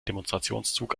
demonstrationszug